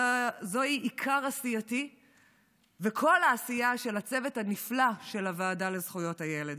זה עיקר עשייתי וכל העשייה של הצוות הנפלא של הוועדה לזכויות הילד: